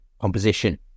composition